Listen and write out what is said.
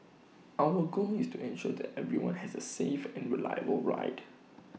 our goal is to ensure that everyone has A safe and reliable ride